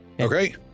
Okay